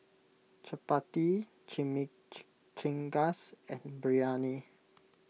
Chapati Chimichangas and Biryani